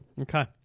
Okay